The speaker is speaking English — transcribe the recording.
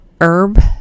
herb